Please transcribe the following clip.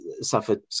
suffered